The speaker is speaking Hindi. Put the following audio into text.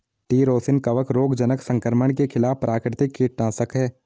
ट्री रोसिन कवक रोगजनक संक्रमण के खिलाफ प्राकृतिक कीटनाशक है